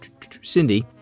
Cindy